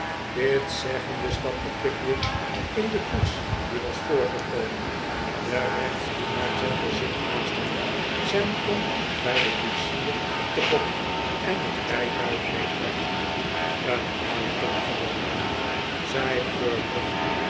dit zeggende stapte pickwick in de koets die was voorgekomen de gerechtsdienaar zette zich naast hem sam klom bij den koetsier op den bok en het rijtuig reed weg een buitengewoon man zei